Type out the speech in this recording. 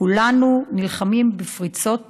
כולנו נלחמים בפריצות